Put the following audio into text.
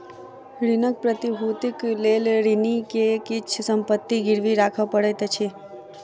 ऋणक प्रतिभूतिक लेल ऋणी के किछ संपत्ति गिरवी राखअ पड़ैत अछि